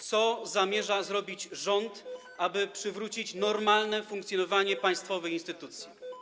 Co zamierza zrobić rząd, aby przywrócić normalne funkcjonowanie państwowych instytucji?